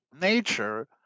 nature